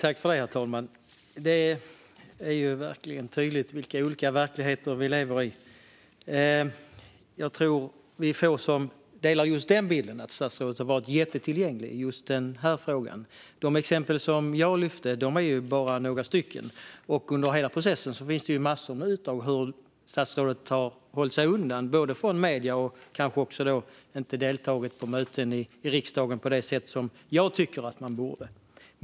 Herr talman! Det är verkligen tydligt vilka olika verkligheter vi lever i. Jag tror att vi är få som delar bilden att statsrådet har varit jättetillgänglig i just denna fråga. Jag lyfte bara några exempel, men det finns många fler på hur statsrådet under hela processen har hållit sig undan från medier och inte deltagit i möten i riksdagen på det sätt som jag tycker att man borde göra.